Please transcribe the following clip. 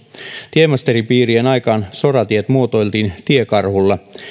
tiemestaripiirien aikaan soratiet muotoiltiin tiekarhulla